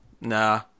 nah